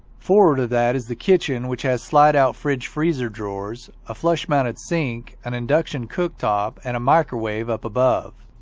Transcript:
forward of that is the kitchen which has slide-out fridge freezer drawers, a flush-mounted sink, an induction cooktop, and a microwave up above.